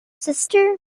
sister